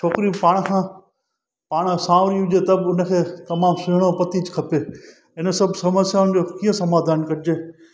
छोकिरियूं पाणि खां पाणि सावरियूं हुजे त बि हुनखे तमामु सुहिणो पति खपे हिन सभु समस्याउनि जो कीअं समाधानु कटिजे